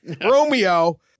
Romeo